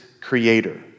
creator